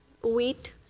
wheat.